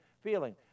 feeling